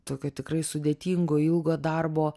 tokio tikrai sudėtingo ilgo darbo